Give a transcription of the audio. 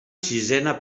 sisena